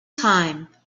time